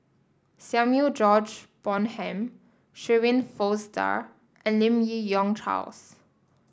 Samuel George Bonham Shirin Fozdar and Lim Yi Yong Charles